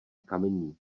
kamení